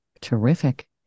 Terrific